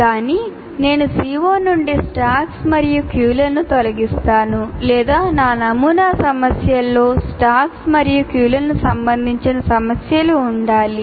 గాని నేను CO నుండి స్టాక్స్ మరియు క్యూలను తొలగిస్తాను లేదా నా నమూనా సమస్యలలో స్టాక్స్ మరియు క్యూలకు సంబంధించిన సమస్యలు ఉండాలి